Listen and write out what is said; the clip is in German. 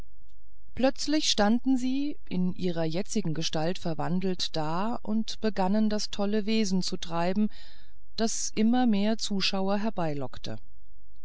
plötzlich standen sie in ihre jetzige gestalt verwandelt da und begannen das tolle wesen zu treiben das immer mehr zuschauer